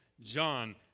John